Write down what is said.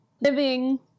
living